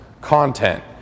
content